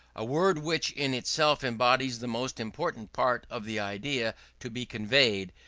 a word which in itself embodies the most important part of the idea to be conveyed,